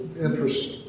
interest